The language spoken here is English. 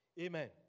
Amen